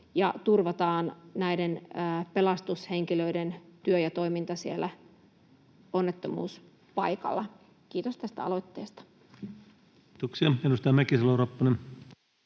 turvataan pelastushenkilöiden työ ja toiminta siellä onnettomuuspaikalla. — Kiitos tästä aloitteesta. Kiitoksia. — Edustaja Mäkisalo-Ropponen.